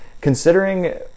considering